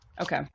Okay